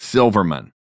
Silverman